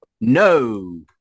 No